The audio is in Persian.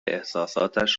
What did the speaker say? احساساتش